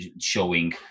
showing